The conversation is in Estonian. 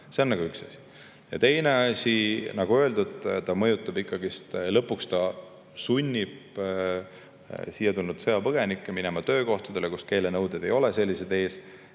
See on nagu üks asi. Teine asi, nagu öeldud, ta mõjutab ja ikkagi lõpuks ta sunnib siia tulnud sõjapõgenikke minema töökohtadele, kus ei ole selliseid